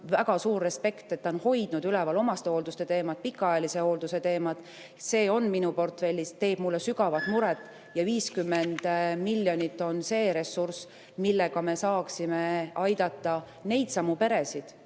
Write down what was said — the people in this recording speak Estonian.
väga suur respekt, et ta on hoidnud üleval omastehoolduse teemat, pikaajalise hoolduse teemat. See on minu portfellis, teeb mulle sügavat muret. Ja 50 miljonit on see ressurss, millega me saaksime aidata neidsamu peresid,